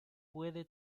puede